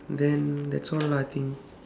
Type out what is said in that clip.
then that's all I think